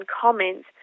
comments